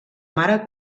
mare